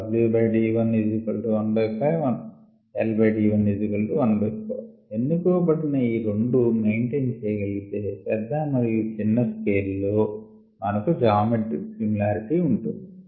And there are 2 that are based on the impeller diameter WDi15 LDi14 ఎన్నుకోబడిన ఈ రెండూ maintain చేయగలిగితే పెద్ద మరియు చిన్న స్కెల్ లో మనకు జామెట్రిక్ సిమిలారిటీ ఉంటుంది